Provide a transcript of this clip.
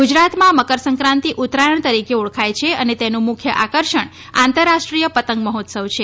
ગુજરાતમાં મકરસંકાંતિ ઉત્તરાયણ તરીકે ઓળખાય છે અને તેનું મુખ્ય આકર્ષણ આંતરરાષ્ટ્રીય પતંગ મહોત્સવ છે